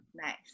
Nice